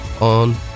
on